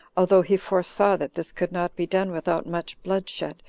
although he foresaw that this could not be done without much bloodshed,